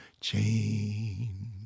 chain